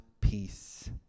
Peace